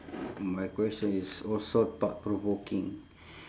my question is also thought provoking